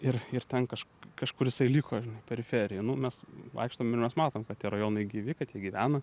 ir ir ten kaž kažkur jisai liko periferijoj nu mes vaikštom ir mes matom kad tie rajonai gyvi kad jie gyvena